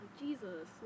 jesus